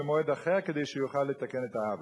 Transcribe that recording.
במועד אחר כדי שיוכל לתקן את העוול.